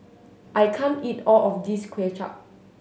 I can't eat all of this Kuay Chap